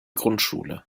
grundschule